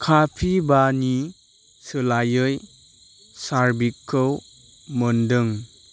कापिभानि सोलायै चार्भिकखौ मोन्दों